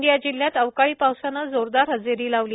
गोंदिया जिल्ह्यात अवकाळी पावसाने जोरदार हजेरी लावली